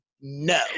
No